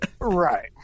Right